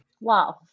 Wow